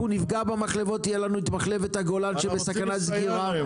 אם אנחנו נפגע במחלבות תהיה לנו את מחלבת הגולן שבסכנת סגירה.